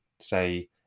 say